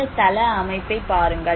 இந்த தள அமைப்பைப் பாருங்கள்